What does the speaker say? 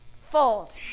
Fold